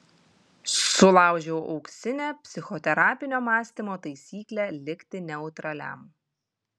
sulaužiau auksinę psichoterapinio mąstymo taisyklę likti neutraliam